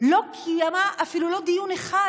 לא קיימה אפילו דיון אחד